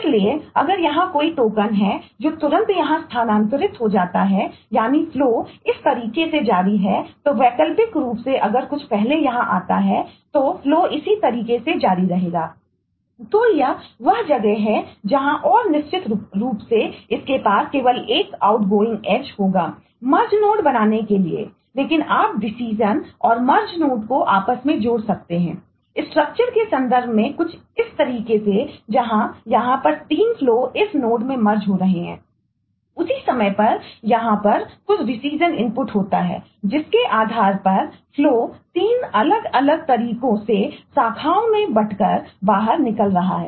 इसलिए अगर यहां कोई टोकन 3 अलग अलग तरीकों से शाखाओं में बटकर बाहर निकल रहा है